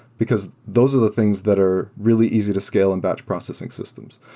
because those are the things that are really easy to scale in batch processing systems.